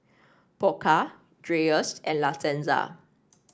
Pokka Dreyers and La Senza